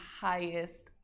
highest